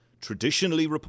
traditionally